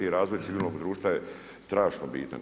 Razvoj civilnog društva je strašno bitan.